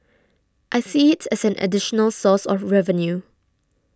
I see it as an additional source of revenue